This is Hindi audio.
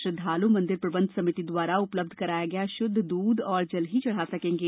श्रद्वालु मंदिर प्रबंध समिति द्वारा उपलब्ध कराया गया शुद्ध दूध और जल ही चढ़ा सकेंगे